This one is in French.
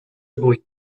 bruit